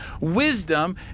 wisdom